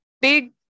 big